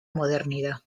modernidad